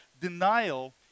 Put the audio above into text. Denial